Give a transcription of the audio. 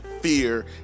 fear